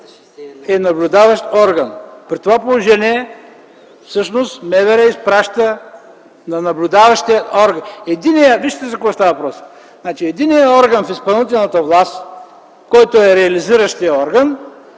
е наблюдаващ орган. При това положение всъщност МВР изпраща на наблюдаващия орган. Вижте за какво става въпрос. Единият орган в изпълнителната власт, който е реализиращият орган,